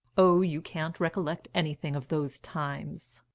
oh, you can't recollect anything of those times.